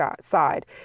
side